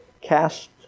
cast